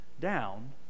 down